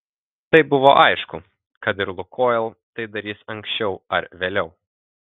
tai buvo aišku kad ir lukoil tai darys anksčiau ar vėliau